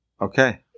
Okay